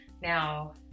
Now